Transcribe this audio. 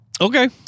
Okay